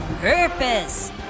purpose